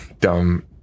dumb